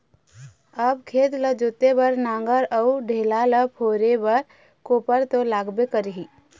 अब खेत ल जोते बर नांगर अउ ढेला ल फोरे बर कोपर तो लागबे करही